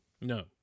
No